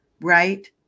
Right